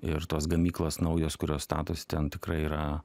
ir tos gamyklos naujos kurios statosi ten tikrai yra